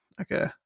okay